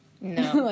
No